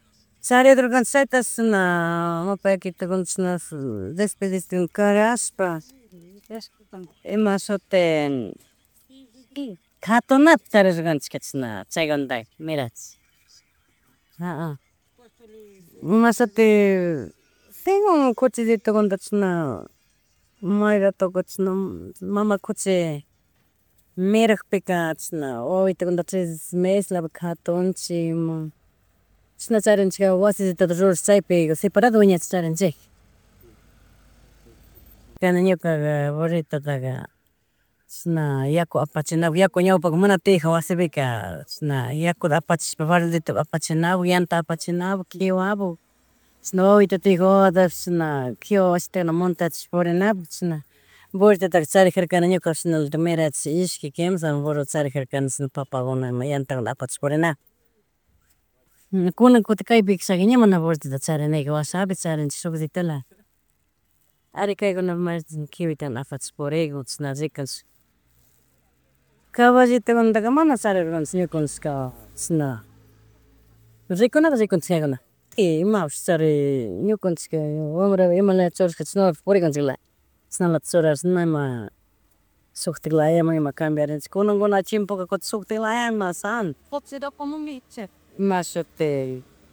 Charidurkanchik chaytashina pakitukuna chishna despedisiòn carahsnpa imashuti katunata taridurkanchik chishna chaykunata mirachish. Mashuti singun cuchillitukunata chashna mayratokunka chishna mama kuchi mirakpika, chishna wawitukinuta tres meses lapik katuchik ima chishna charinchik wasillituta rurashpa chaypika separdo wiñanchik charinchika. (-) Ñukaga burritota, chashna yaku apachinapak, yaku ñawpaka mana tiyajika wasipika chishna yakuta apachishpa baldeta apachishba valdeta apachish, yanta apachinabuk kiwapuk, chishna wawitu tiyak wawatapish na kiwa ashita montatishpa purinapuk chishna burritota charijarkani ñukapish chishnalatik mirachsh ishki, kimsa, burrota charijarkani chishna papakuna ima yatakuna apachish purinapak. Kunanka kuti kaypi kashaki man ña burrito charinika, washapi charichik shukllitola, ari kayguna may rato kiwita apachish purikunchik, chashna rikush. Caballitukuna mana charidurkanchik ñukanchika, chishna rikunata rikunchik, kayguna. Imapish chari ñukanchika, wambrapika imala churajachik chashnapi purikunchikla. Chashnalatik churarish na ima shuktik laya ima cambiarinchik, kunanguna chimpuka kutin shutkti laya ima santo. Ima shuti